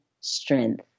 strength